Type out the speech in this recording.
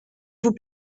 vous